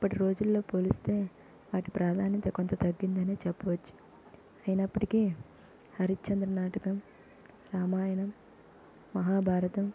ఇప్పటిరోజుల్లో పోలిస్తే వాటి ప్రాదాన్యత కొంత తగ్గిందనే చెప్పవచ్చు అయినప్పటికీ హరిచంద్ర నాటకం రామాయణం మహాభారతం